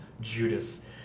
Judas